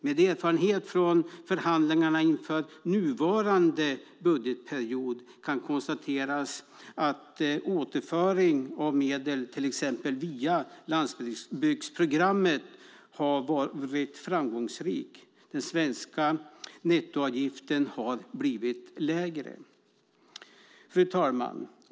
Med erfarenhet från förhandlingarna inför nuvarande budgetperiod kan det konstateras att återföring av medel, till exempel via landsbygdsprogrammet, har varit framgångsrikt. Den svenska nettoavgiften har blivit lägre. Fru talman!